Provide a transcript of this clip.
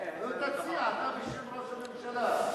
נו, תציע, אתה בשם ראש הממשלה.